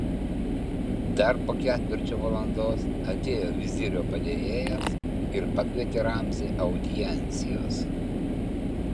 dar po ketvirčio valandos atėjo vizirio padėjėjas ir pakvietė ramzį audiencijos